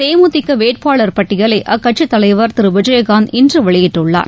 தேமுதிக வேட்பாளர் பட்டியலை அக்கட்சித் தலைவர் திரு விஜயகாந்த் இன்று வெளியிட்டுள்ளார்